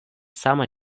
sama